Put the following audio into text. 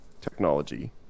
technology